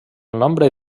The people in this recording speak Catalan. nombre